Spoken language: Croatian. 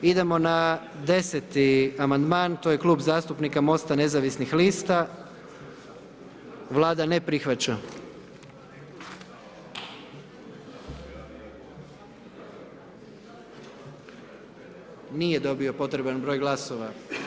Idemo na 10.-eti amandman, to je Klub zastupnika Mosta, nezavisnih lista, Vlada ne prihvaća, nije dobio potreban broj glasova.